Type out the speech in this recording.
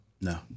No